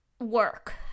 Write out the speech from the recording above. work